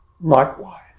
likewise